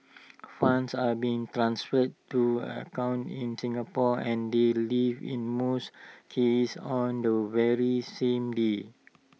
funds are being transferred to accounts in Singapore and they leave in most cases on the very same day